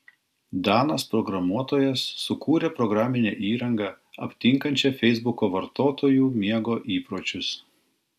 danas programuotojas sukūrė programinę įrangą aptinkančią feisbuko vartotojų miego įpročius